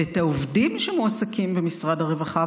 ואת העובדים שמועסקים במשרד הרווחה,